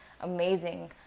amazing